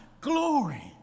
glory